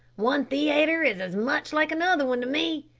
one theayter is as much like another one to me.